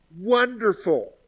wonderful